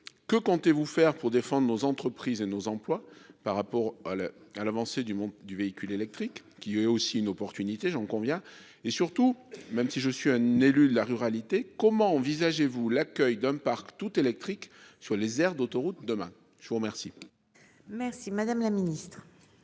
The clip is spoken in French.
Que comptez-vous faire pour défendre nos entreprises et nos emplois par rapport à la à l'avancée du monde du véhicule électrique qui est aussi une opportunité, j'en conviens et surtout même si je suis un élu de la ruralité. Comment envisagez-vous l'accueil d'un parc tout électrique sur les aires d'autoroute. Demain je vous remercie. Merci, madame la Ministre.